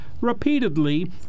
repeatedly